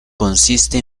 consiste